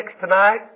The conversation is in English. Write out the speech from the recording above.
tonight